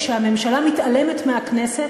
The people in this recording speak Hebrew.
כשהממשלה מתעלמת מהכנסת,